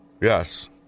yes